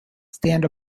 stand